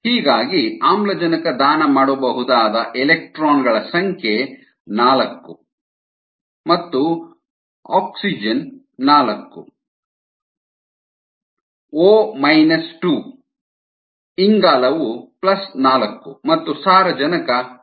ಹೀಗಾಗಿ ಆಮ್ಲಜನಕ ದಾನ ಮಾಡಬಹುದಾದ ಎಲೆಕ್ಟ್ರಾನ್ ಗಳ ಸಂಖ್ಯೆ 4 ಮತ್ತು O2 4 O ಮೈನಸ್ 2 ಇಂಗಾಲವು ಪ್ಲಸ್ 4 ಮತ್ತು ಸಾರಜನಕ 3 ಆಗಿದೆ